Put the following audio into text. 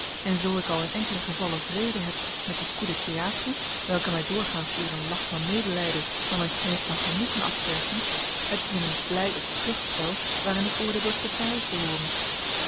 en zoo ik al in enkele gevallen vrede heb met die coups de théatre welke mij doorgaans eer een lach van medelijden dan een kreet van genoegen afpersen het is in een blij of kluchtspel waarin ik oordeel dat zij te huis behooren